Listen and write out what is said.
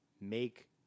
make